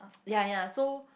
ya ya so